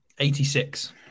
86